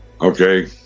okay